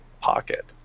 pocket